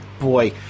boy